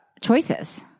choices